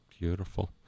beautiful